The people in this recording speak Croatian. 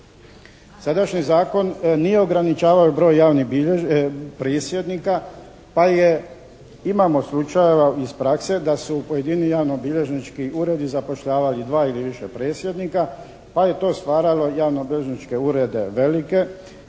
Sadašnji zakon nije ograničavao broj javnih prisjednika pa je imamo slučajeva iz prakse da su pojedini javnobilježnički uredi zapošljavali dva ili više prisjednika pa je to stvaralo javnobilježničke urede velike